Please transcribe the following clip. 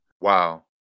Wow